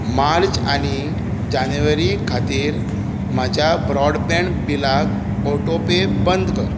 मार्च आनी जानेवारी खातीर म्हज्या ब्रॉडबँड बिलाक ऑटोपे बंद कर